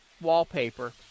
wallpaper